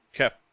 Okay